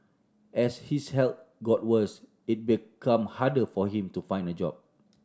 as his health got worse it become harder for him to find a job